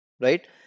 Right